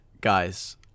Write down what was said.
guys